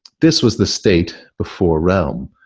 this was the state before realm.